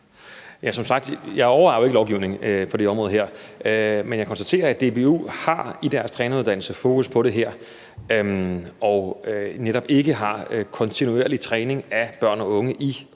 Jeg overvejer jo ikke lovgivning på det her område, men jeg konstaterer, at DBU i deres træneruddannelse har fokus på det her og netop ikke har kontinuerlig træning af børn og unge i